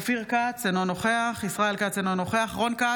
אופיר כץ, אינו נוכח ישראל כץ, אינו נוכח רון כץ,